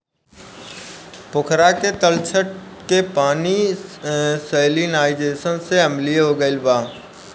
पोखरा के तलछट के पानी सैलिनाइज़ेशन से अम्लीय हो गईल बा